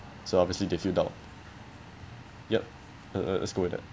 so obviously they feel doubt yup le~ let's go with that